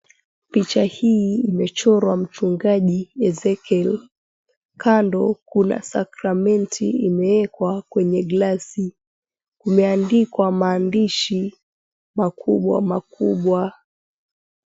Picha hii imechorwa mchungaji Ezekiel. Kando kuna sakramenti imewekwa kwenye glasi. Kumeandikwa maandishi makubwa makubwa.